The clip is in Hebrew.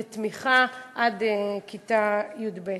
לתמיכה עד כיתה י"ב.